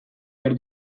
behar